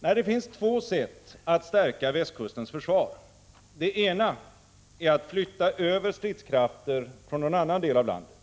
Nej, det finns två sätt att stärka västkustens försvar. Det ena är att flytta över stridskrafter från någon annan del av landet.